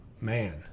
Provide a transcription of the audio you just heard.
man